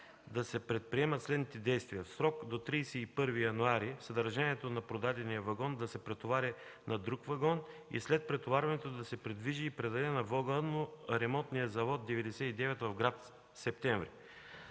да се предприемат следните действия. В срок до 31 януари 2014 г. съдържанието на продадения вагон да се претовари на друг вагон и след претоварването да се придвижи и предаде на „Вагоноремонтен завод 99” в град Септември.